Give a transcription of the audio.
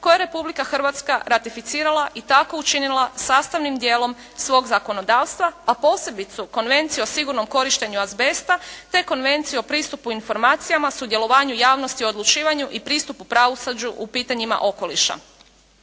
koje je Republika Hrvatska ratificirala i tako učinila sastavnim dijelom svog zakonodavstva, a posebice Konvenciju o sigurnom korištenju azbesta te konvenciju o pristupu informacijama, sudjelovanju javnosti u odlučivanju i pristupu pravosuđu u pitanjima okoliša.